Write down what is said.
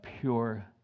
pure